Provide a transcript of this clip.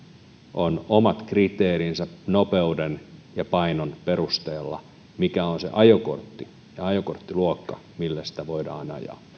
on omat kriteerinsä nopeuden ja painon perusteella mikä on se ajokortti ja ajokorttiluokka millä sitä voidaan ajaa